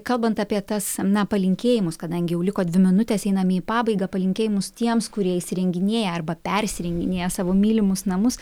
kalbant apie tas na palinkėjimus kadangi jau liko dvi minutės einame į pabaigą palinkėjimus tiems kurie įsirenginėja arba persirenginėja savo mylimus namus